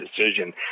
decision